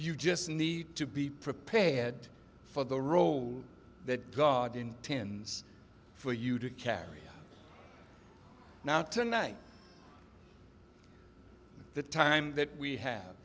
you just need to be prepared for the role that god intends for you to carry now tonight the time that we have